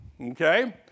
okay